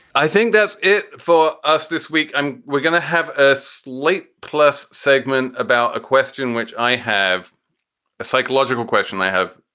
i think that's it for us this week. and we're gonna have a slate plus segment about a question, which i have a psychological question i have,